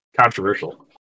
controversial